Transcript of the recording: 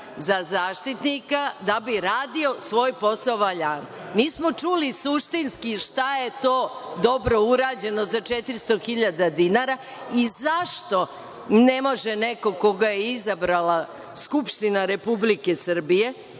za Zaštitnika, da bi radio svoj posao valjano. Nismo čuli suštinski šta je to dobro urađeno za 400.000 dinara i zašto ne može neko koga je izabrana Skupština Republike Srbije